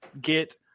get